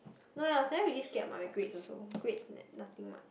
no leh I was never really scared of my grades also grades nothing much